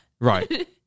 right